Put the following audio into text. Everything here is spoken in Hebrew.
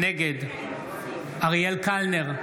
נגד אריאל קלנר,